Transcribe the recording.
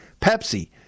Pepsi